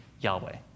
Yahweh